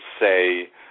say